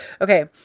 Okay